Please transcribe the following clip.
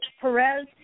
Perez